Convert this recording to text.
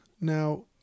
Now